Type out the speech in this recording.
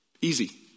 Easy